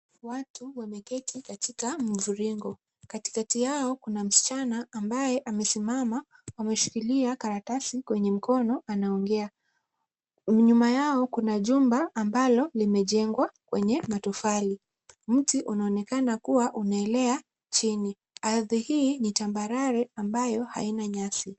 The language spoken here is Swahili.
Watu wameketi katika mviringo, katikati yao kuna msichana ambaye amesimama ameshikilia karatasi kwenye mkono anaongea. Nyuma yao kuna jumba ambalo limejengwa wenye matofali. Mti unaonekana kuwa umeelea chini. Arthi hii ni tambarare ambayo haina nyasi.